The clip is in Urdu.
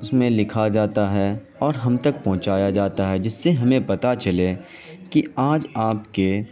اس میں لکھا جاتا ہے اور ہم تک پہنچایا جاتا ہے جس سے ہمیں پتا چلے کہ آج آپ کے